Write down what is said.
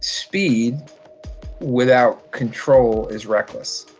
speed without control is reckless.